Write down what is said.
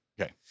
Okay